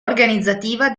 organizzativa